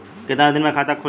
कितना दिन मे खाता खुल जाई?